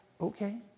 okay